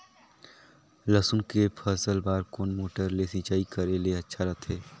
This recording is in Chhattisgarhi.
लसुन के फसल बार कोन मोटर ले सिंचाई करे ले अच्छा रथे?